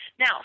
Now